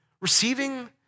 receiving